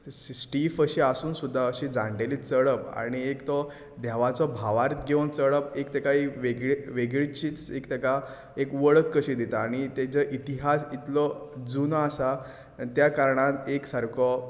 स्टीफ अशीं आसून सुद्दां जाणटेलीं चडप आनी एक तो देवाचो भावार्थ घेवन चडप एक तेका एक वेगळीशीच एक तेका एक वळख कशी दिता आनी तेचे इतिहास इतलो जुनो आसा आनी त्या कारणान एक सारको